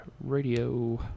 radio